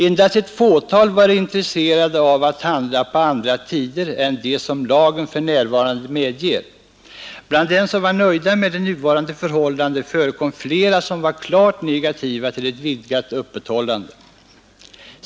Endast ett fåtal var intresserade av att handla på andra tider än dem som lagen för närvarande medger. Bland dem som var nöjda med nuvarande förhållanden förekom flera som var klart negativa till ett vidgat öppethållande.